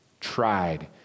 tried